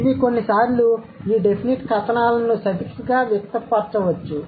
ఇవి కొన్నిసార్లు ఈ డెఫినిట్ ఆర్టికల్స్ను సఫిక్స్ గా వ్యక్తపరచవచ్చు